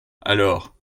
alors